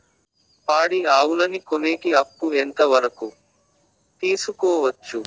పాడి ఆవులని కొనేకి అప్పు ఎంత వరకు తీసుకోవచ్చు?